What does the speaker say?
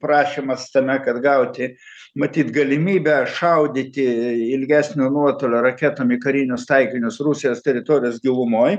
prašymas tame kad gauti matyt galimybę šaudyti ilgesnio nuotolio raketom į karinius taikinius rusijos teritorijos gilumoj